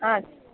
ஆ